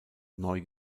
neu